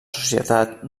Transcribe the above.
societat